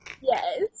yes